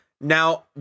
Now